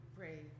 pray